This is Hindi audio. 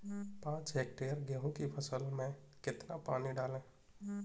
पाँच हेक्टेयर गेहूँ की फसल में कितना पानी डालें?